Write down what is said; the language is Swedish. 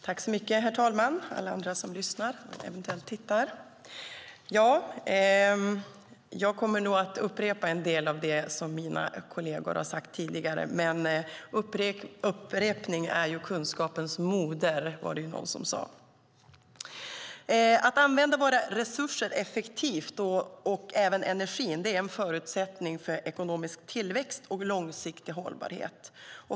Herr talman! Alla andra som lyssnar och eventuellt tittar! Jag kommer nog att upprepa en del av det som mina kolleger har sagt tidigare, men det var någon som sade att upprepning är kunskapens moder. Att använda våra resurser, och även energin, effektivt är en förutsättning för ekonomisk tillväxt och långsiktig hållbarhet.